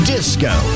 Disco